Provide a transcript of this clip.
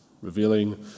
revealing